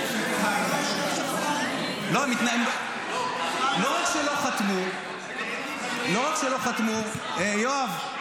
----- לא רק שלא חתמו, יואב.